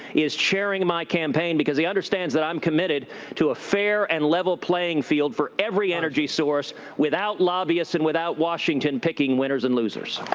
is sharing my campaign. because he understands that i'm committed to a fair, and level playing field for every energy source without lobbyists, and without washington picking winners and losers.